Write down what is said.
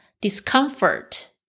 discomfort